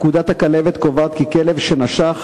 פקודת הכלבת קובעת כי כלב שנשך